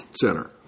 Center